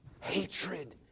Hatred